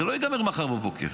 זה לא ייגמר מחר בבוקר